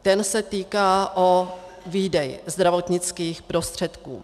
Ten se týká výdeje zdravotnických prostředků.